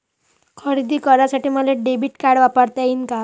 खरेदी करासाठी मले डेबिट कार्ड वापरता येईन का?